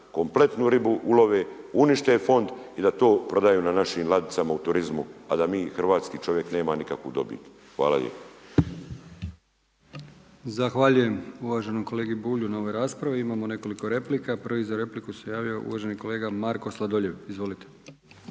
kompletnu ribu ulove, unište fond i da to prodaju na našim ladicama u turizmu a da mi, hrvatski čovjek nema nikakvu dobit. Hvala lijepo. **Brkić, Milijan (HDZ)** Zahvaljujem uvaženom kolegi Bulju na ovoj raspravi. Imamo nekoliko replika. Prvi za repliku se javio uvaženi kolega Marko Sladoljev. Izvolite.